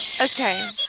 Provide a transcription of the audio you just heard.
okay